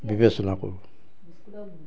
বিবেচনা কৰোঁ